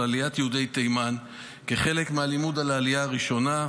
עליית יהודי תימן כחלק מהלימוד על העלייה הראשונה,